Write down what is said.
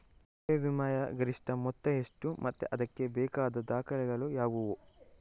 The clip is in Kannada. ಬೆಳೆ ವಿಮೆಯ ಗರಿಷ್ಠ ಮೊತ್ತ ಎಷ್ಟು ಮತ್ತು ಇದಕ್ಕೆ ಬೇಕಾದ ದಾಖಲೆಗಳು ಯಾವುವು?